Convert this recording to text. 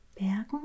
Bergen